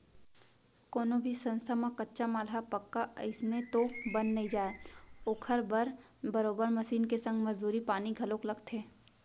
कोनो भी संस्था म कच्चा माल ह पक्का अइसने तो बन नइ जाय ओखर बर बरोबर मसीन के संग मजदूरी पानी घलोक लगथे